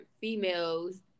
females